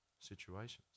situations